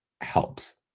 helps